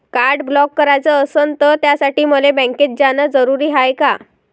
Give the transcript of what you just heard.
Card block कराच असनं त त्यासाठी मले बँकेत जानं जरुरी हाय का?